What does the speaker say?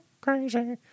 crazy